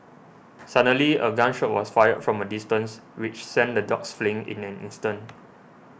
suddenly a gun shot was fired from a distance which sent the dogs fleeing in an instant